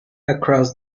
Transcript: across